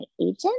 agent